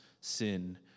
sin